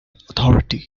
authority